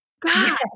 God